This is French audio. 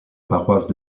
paroisse